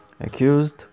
accused